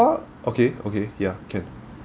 ~r okay okay ya can